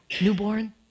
newborn